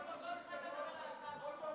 של שחיתות, מרמה או הפרת אמונים?